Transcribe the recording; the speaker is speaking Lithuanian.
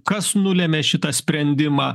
kas nulėmė šitą sprendimą